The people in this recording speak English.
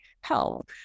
help